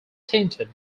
tinted